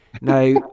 now